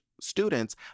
students